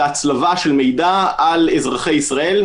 והצלבה של מידע על אזרחי ישראל,